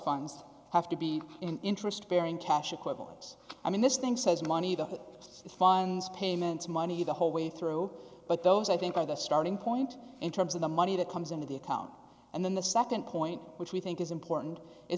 funds have to be in interest bearing cash equivalents i mean this thing says money the state funds payments money the whole way through but those i think are the starting point in terms of the money that comes into the account and then the nd point which we think is important is